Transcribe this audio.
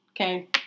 Okay